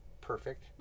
perfect